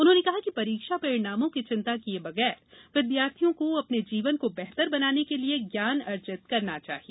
उन्होंने कहा कि परीक्षा परिणामों की चिंता किये बगैर विद्यार्थियों को अपने जीवन को बेहतर बनाने के लिए ज्ञान अर्जित करना चाहिए